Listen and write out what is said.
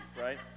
right